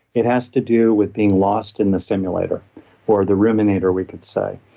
it has to do with being lost in the simulator or the ruminator we could say,